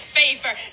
favor